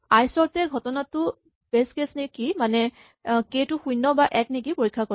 আইচৰ্ট এ ঘটনাটো base case নেকি মানে কে টো শূণ্য বা এক নেকি পৰীক্ষা কৰে